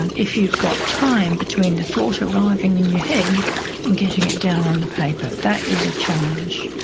and if you've got time between the thought arriving in your head and getting it down on the paper. that is a challenge,